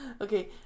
Okay